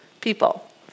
people